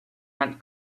rent